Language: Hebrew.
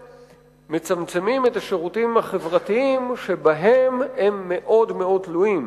מצמצמים את השירותים החברתיים שבהם הם מאוד מאוד תלויים,